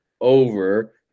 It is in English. over